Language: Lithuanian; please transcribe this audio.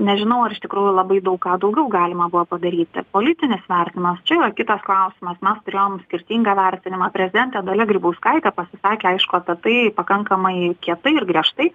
nežinau ar iš tikrųjų labai daug ką daugiau galima buvo padaryti politinis vertinimas čia yra kitas klausimas mes turėjom skirtingą vertinimą prezidentė dalia grybauskaitė pasisakė aišku apie tai pakankamai kietai ir griežtai